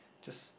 just